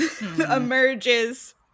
emerges